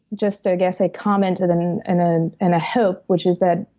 just, i guess, a comment and and and and a hope which is that,